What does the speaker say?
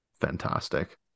fantastic